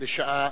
לשעה.